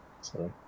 Sorry